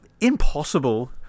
impossible